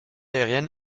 aérienne